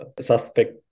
suspect